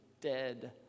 dead